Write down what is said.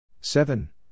seven